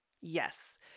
Yes